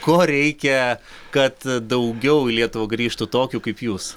ko reikia kad daugiau į lietuvą grįžtų tokių kaip jūs